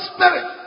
Spirit